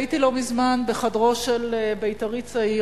הייתי לא מזמן בחדרו של בית"רי צעיר,